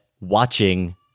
watching